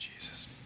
Jesus